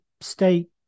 state